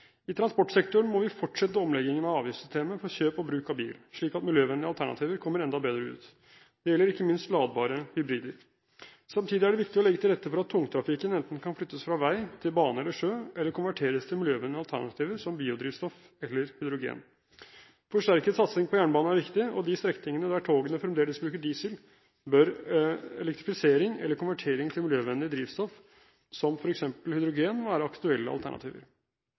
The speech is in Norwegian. I transportsektoren må vi fortsette omleggingen av avgiftssystemet for kjøp og bruk av bil, slik at miljøvennlige alternativer kommer enda bedre ut. Det gjelder ikke minst ladbare hybrider. Samtidig er det viktig å legge til rette for at tungtrafikken enten kan flyttes fra vei til bane eller sjø, eller konverteres til miljøvennlige alternativer som biodrivstoff eller hydrogen. Forsterket satsing på jernbane er viktig, og på de strekningene der togene fremdeles bruker diesel, bør elektrifisering eller konvertering til miljøvennlig drivstoff som f.eks. hydrogen være aktuelle alternativer.